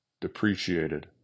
depreciated